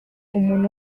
umuntu